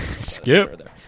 Skip